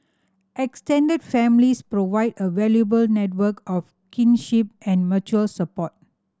extended families provide a valuable network of kinship and mutual support